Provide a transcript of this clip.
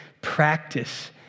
practice